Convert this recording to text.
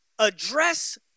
address